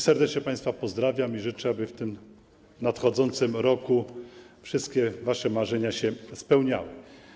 Serdecznie państwa pozdrawiam i życzę, aby w tym nadchodzącym roku wszystkie wasze marzenia się spełniały.